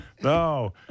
No